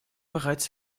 bereits